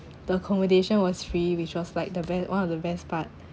the accommodation was free which was like the best one of the best part